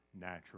natural